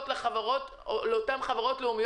עם חובת דיווח,